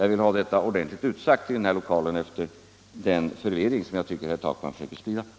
Jag vill ha detta ordentligt utsagt i den här lokalen, eftersom jag tycker att herr Takman försökte sprida förvirring härom.